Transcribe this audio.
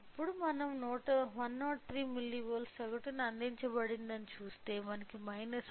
ఇప్పుడు మనకు 103 మిల్లీవోల్ట్ల సగటు అందించబడిందని చూస్తే మనకు 1